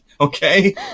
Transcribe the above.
Okay